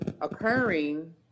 occurring